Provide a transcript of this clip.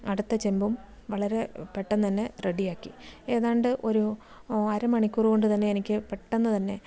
അടുത്ത ചെമ്പും വളരെ പെട്ടെന്ന് തന്നെ റെഡിയാക്കി ഏതാണ്ട് ഒരു അരമണിക്കൂർ കൊണ്ട് തന്നെ എനിക്ക് പെട്ടെന്ന് തന്നെ